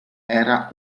era